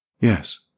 Yes